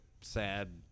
sad